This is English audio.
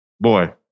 Boy